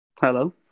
Hello